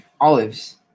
olives